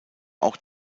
auch